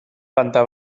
planta